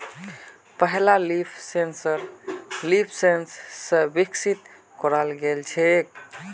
पहला leaf sensor लीफसेंस स विकसित कराल गेल छेक